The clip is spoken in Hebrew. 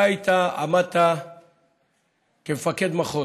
אתה היית מפקד מחוז,